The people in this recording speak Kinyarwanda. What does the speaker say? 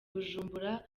bujumbura